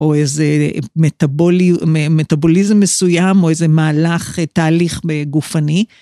או איזה מטאבוליזם מסוים, או איזה מהלך תהליך גופני.